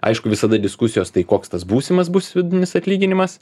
aišku visada diskusijos tai koks tas būsimas bus vidutinis atlyginimas